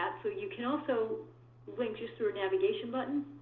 um so you can also link just through a navigation button.